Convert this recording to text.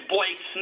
Blake